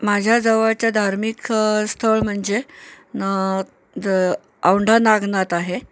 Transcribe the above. माझ्या जवळच्या धार्मिक स्थळ म्हणजे न द औंढा नागनाथ आहे